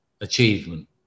Achievement